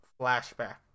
flashback